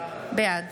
בעד